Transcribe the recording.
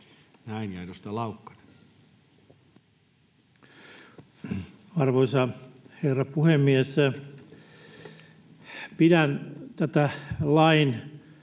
Näin. — Ja edustaja Laukkanen. Arvoisa herra puhemies! Pidän tämän lain